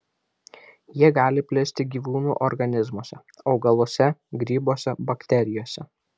jie gali plisti gyvūnų organizmuose augaluose grybuose bakterijose